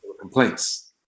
complaints